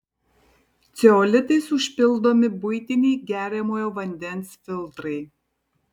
ceolitais užpildomi buitiniai geriamojo vandens filtrai